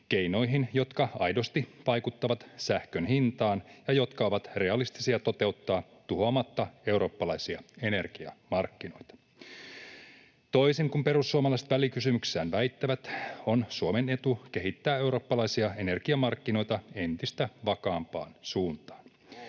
keinoihin, jotka aidosti vaikuttavat sähkön hintaan ja jotka ovat realistisia toteuttaa tuhoamatta eurooppalaisia energiamarkkinoita. Toisin kuin perussuomalaiset välikysymyksessään väittävät, on Suomen etu kehittää eurooppalaisia energiamarkkinoita entistä vakaampaan suuntaan.